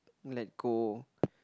let go